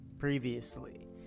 Previously